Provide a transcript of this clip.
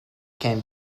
can